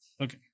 Okay